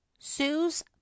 Sue's